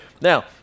Now